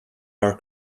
our